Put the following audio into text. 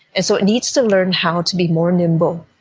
and so it needs to learn how to be more nimble,